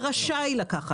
רשאי לקחת.